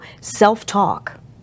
self-talk